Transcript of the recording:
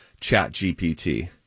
ChatGPT